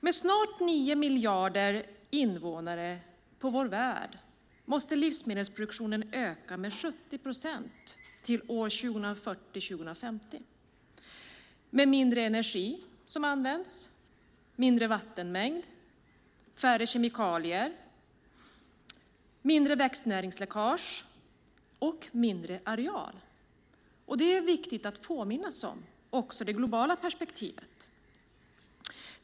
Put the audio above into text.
Med snart 9 miljarder invånare i vår värld måste livsmedelsproduktionen öka med 70 procent till år 2040-2050 med mindre energi som används, mindre vattenmängd, färre kemikalier, mindre växtnäringsläckage och mindre areal. Det är viktigt att påminnas också om det globala perspektivet.